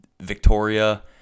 Victoria